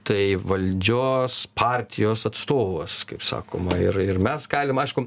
tai valdžios partijos atstovas kaip sakoma ir ir mes galim aišku